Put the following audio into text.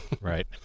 right